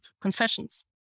Confessions